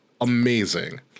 amazing